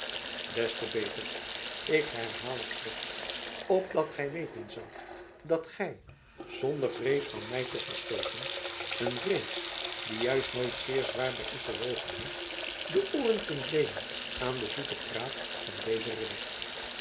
des te beter ik herhaal het slecnts opdat gij weten zoudt dat gij zonder vrees van mij te verstooten een vrees die juist nooit zeer zwaar bij u gewogen heeft de ooren kunt leenen aan den zoeten praat van dezen ridder